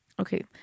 Okay